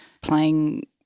playing